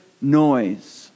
noise